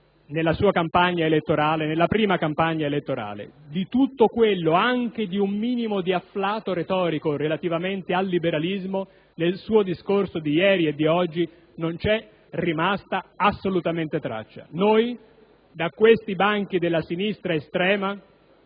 nel 1994 portò avanti nella sua prima campagna elettorale. Di tutto quello, anche di un minimo afflato retorico relativamente al liberalismo, nel suo discorso di ieri e di oggi non è rimasta assolutamente traccia. Noi da questi banchi della sinistra estrema